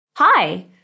Hi